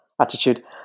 attitude